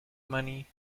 money